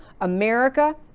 America